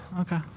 Okay